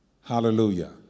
Hallelujah